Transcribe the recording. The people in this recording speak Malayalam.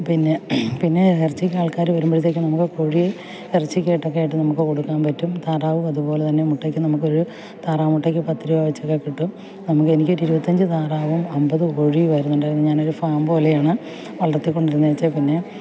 പിന്നെ പിന്നെ ഇറച്ചിക്ക് ആൾക്കാർ വരുമ്പോഴത്തേക്കും നമുക്ക് കോഴി ഇറച്ചിക്ക് ആയിട്ടൊക്കെ നമ്മൾക്ക് കൊടുക്കാൻ പറ്റും താറാവും അതുപോലെ തന്നെ മുട്ടയ്ക്ക് നമുക്ക് ഒരു താറാവ് മുട്ടയ്ക്ക് പത്ത് രൂപ വച്ചൊക്കെ കിട്ടും നമ്മൾക്ക് എനിക്ക് ഒരു ഇരുപത്തി അഞ്ച് താറാവും അമ്പത് കോഴിയുമായിരുന്നു ഉണ്ടായിരുന്നത് ഞാൻ ഒരു ഫാം പോലെയാണ് വളർത്തികൊണ്ടിരുന്നത് പിന്നെ